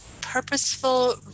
purposeful